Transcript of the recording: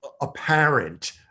apparent